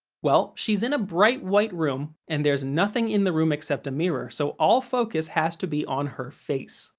well, she's in a bright white room, and there's nothing in the room except a mirror, so all focus has to be on her face.